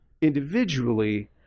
individually